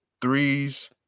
Threes